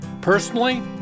personally